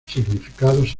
significados